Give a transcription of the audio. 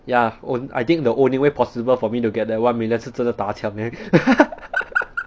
ya own~ I think the only way possible for me to get that one million 是真的打枪 leh